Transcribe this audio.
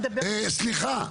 סליחה.